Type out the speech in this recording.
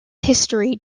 history